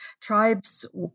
tribes